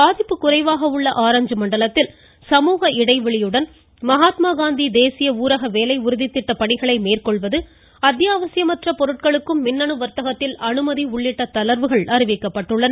பாதிப்பு குறைவாக உள்ள ஆரஞ்சு மண்டலத்தில் சமூக இடைவெளியுடன் மகாத்மா காந்தி தேசிய ஊரக வேலைஉறுதி திட்ட பணிகளை மேற்கொள்வது அத்தியாவசியமற்ற பொருட்களுக்கு மின்னணு வர்தகத்தில் அனுமதி உள்ளிட்ட தளர்வுகள் அறிவிக்கப்பட்டுள்ளது